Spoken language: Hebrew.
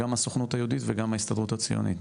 גם הסוכנות היהודית וגם ההסתדרות הציונית,